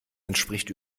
entspricht